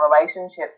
relationships